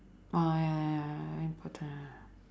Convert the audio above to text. oh ya ya ya ah